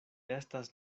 estas